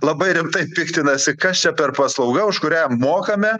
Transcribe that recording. labai rimtai piktinasi kas čia per paslauga už kurią mokame